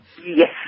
Yes